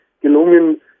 gelungen